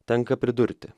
tenka pridurti